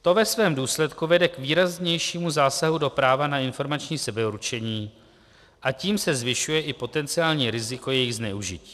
To ve svém důsledku vede k výraznějšímu zásahu do práva na informační sebeurčení a tím se zvyšuje i potenciální riziko jejich zneužití.